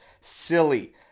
Silly